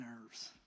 nerves